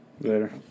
Later